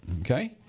Okay